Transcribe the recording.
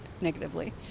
negatively